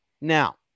Now